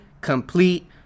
complete